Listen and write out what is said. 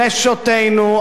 נשותינו,